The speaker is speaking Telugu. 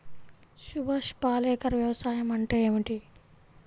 సుభాష్ పాలేకర్ వ్యవసాయం అంటే ఏమిటీ?